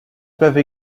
peuvent